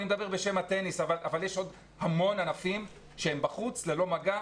אני מדבר בשם הטניס אבל יש עוד המון ענפים שהם בחוץ ללא מגע,